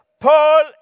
Paul